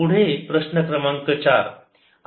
पुढे प्रश्न क्रमांक चार